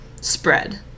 spread